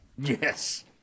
Yes